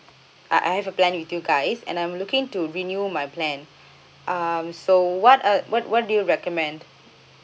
II have a plan with you guys and I'm looking to renew my plan um so what are what what do you recommend